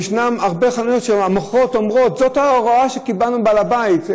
יש הרבה חנויות שהמוכרות אומרות: זאת ההוראה שקיבלנו מבעל הבית.